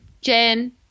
jen